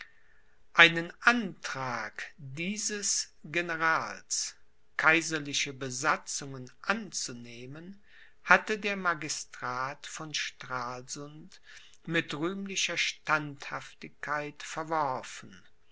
einen antrag dieses generals kaiserliche besatzungen anzunehmen hatte der magistrat von stralsund mit rühmlicher standhaftigkeit verworfen